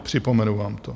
Připomenu vám to.